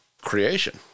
creation